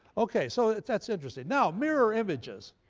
okay, so that's interesting. now mirror images.